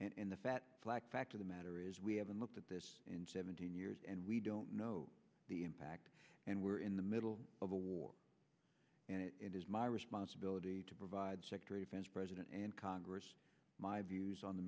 in the fat black fact of the matter is we haven't looked at this in seventeen years and we don't know the impact and we're in the middle of a war and it is my responsibility to provide sector events president and congress my views on the